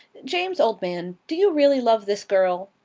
james, old man, do you really love this girl?